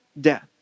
death